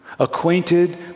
acquainted